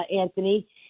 Anthony